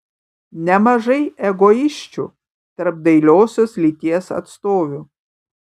nemažai egoisčių tarp dailiosios lyties atstovių